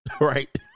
Right